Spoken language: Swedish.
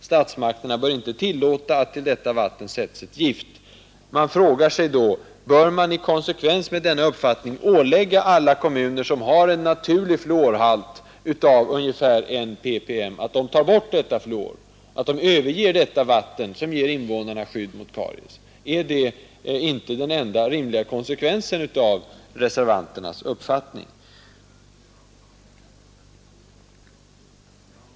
Statsmakterna bör inte tillåta att till detta vatten sätts ett gift.” Man frågar sig då: Bör man i konsekvens med denna uppfattning ålägga alla kommuner som har en naturligt fluorhalt av ungefär I ppm att ta bort detta fluor, att överge detta vatten som ger invånarna skydd mot karies? Är det inte konsekvensen av reservanternas uppfattning?